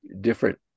different